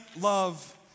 love